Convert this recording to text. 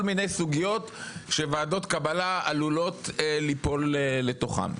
כל מיני סוגיות שוועדות קבלה עלולות ליפול לתוכן.